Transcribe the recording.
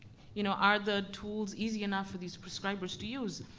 you know are the tools easy enough for these prescribers to use?